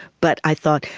but i thought,